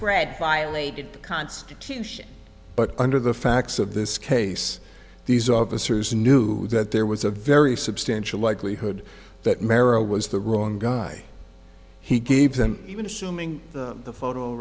spread violated the constitution but under the facts of this case these officers knew that there was a very substantial likelihood that merril was the wrong guy he gave them even assuming the photo